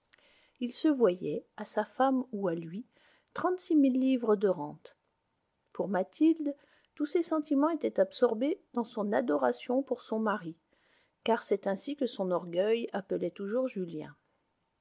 il se voyait à sa femme ou à lui livres de rente pour mathilde tous ses sentiments étaient absorbés dans son adoration pour son mari car c'est ainsi que son orgueil appelait toujours julien